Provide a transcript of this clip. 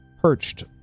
perched